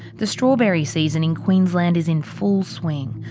the strawberry season in queensland is in full swing.